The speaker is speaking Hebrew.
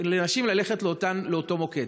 ללכת לאותו מוקד,